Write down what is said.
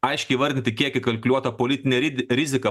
aiškiai įvardyti kiek įkalkuliuota politinė ri rizika pro